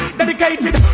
dedicated